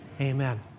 amen